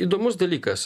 įdomus dalykas